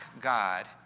God